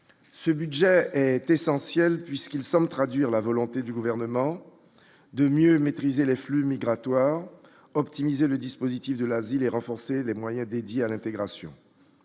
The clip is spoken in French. ce budget est essentielle puisqu'il semble traduire la volonté du gouvernement de mieux maîtriser les flux migratoires optimiser le dispositif de la ville et renforcer les moyens dédiés à l'intégration,